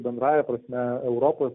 bendrąja prasme europos